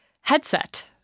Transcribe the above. headset